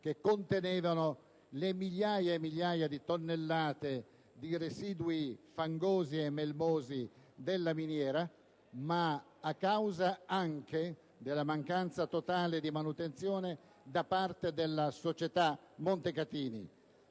che contenevano le migliaia e migliaia di tonnellate di residui fangosi e melmosi della miniera, ma a causa anche della mancanza totale di manutenzione da parte della società Montecatini.